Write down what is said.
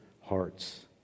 hearts